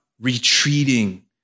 retreating